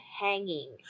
hanging